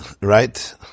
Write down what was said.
Right